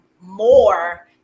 more